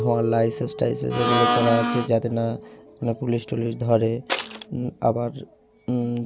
ধোঁয়ার লাইসেন্স টাইসেন্স এগুলো করার আছে যাতে না কোনো পুলিশ টুলিশ ধরে আবার